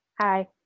Hi